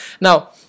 Now